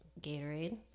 gatorade